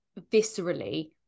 viscerally